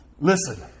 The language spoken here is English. Listen